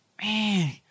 Man